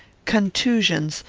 contusions,